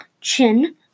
chin